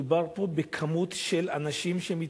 מדובר פה במספר של האנשים שמתאבדים,